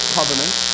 Covenant